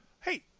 hey